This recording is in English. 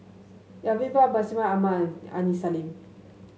Alvin Pang Bashir Ahmad Mallal Aini Salim